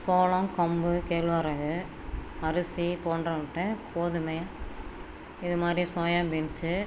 சோளம் கம்பு கேழ்வரகு அரிசி போன்றவற்றை கோதுமை இது மாதிரி சோயா பீன்ஸு